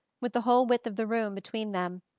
with the whole width of the room between them,